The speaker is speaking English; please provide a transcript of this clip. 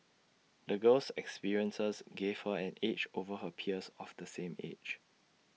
the girl's experiences gave her an edge over her peers of the same age